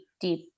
deep